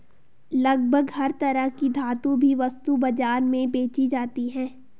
लगभग हर तरह की धातु भी वस्तु बाजार में बेंची जाती है